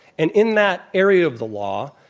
and in that area of the law,